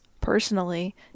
personally